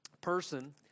person